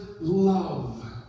love